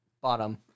bottom